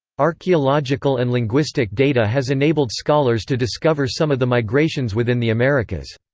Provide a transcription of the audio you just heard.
archeological and linguistic data has enabled scholars to discover some of the migrations within the americas.